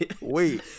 wait